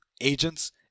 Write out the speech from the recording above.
agents